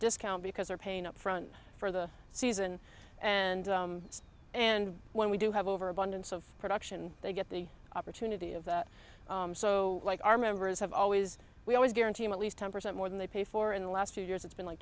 discount because they're paying up front for the season and and when we do have overabundance of production they get the opportunity of that so like our members have always we always guarantee at least ten percent more than they pay for in the last few years it's been like